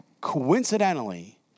coincidentally